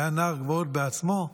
והיה נער גבעות בעצמו?